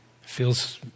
feels